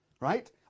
right